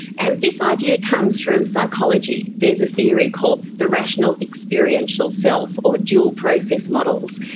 and this idea comes from psychology. there's a theory called the rational experiential self, or dual process models.